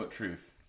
truth